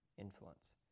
influence